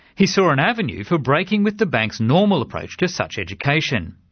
he saw an avenue for breaking with the bank's normal approach to such education,